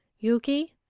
yuki,